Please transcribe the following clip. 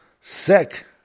sick